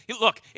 look